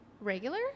regular